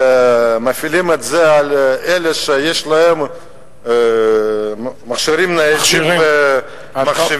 שמפעילים את זה על אלה שיש להם מכשירים ניידים ומחשבים,